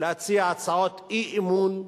להציע הצעות אי-אמון בממשלה,